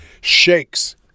shakes